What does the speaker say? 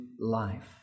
life